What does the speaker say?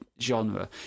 genre